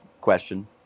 question